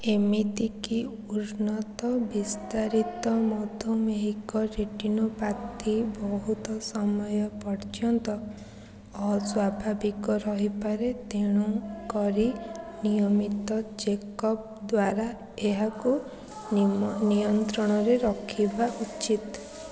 ଏମିତି କି ଉନ୍ନତ ବିସ୍ତାରିତ ମଧୁମେହିକ ରେଟିନୋପାଥି ବହୁତ ସମୟ ପର୍ଯ୍ୟନ୍ତ ଅସ୍ୱାଭାବିକ ରହିପାରେ ତେଣୁ କରି ନିୟମିତ ଚେକ ଅପ୍ ଦ୍ୱାରା ଏହାକୁ ନିୟନ୍ତ୍ରଣରେ ରଖିବା ଉଚିତ